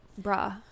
bruh